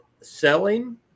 selling